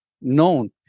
known